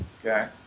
Okay